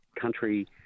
country